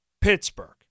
Pittsburgh